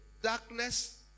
Darkness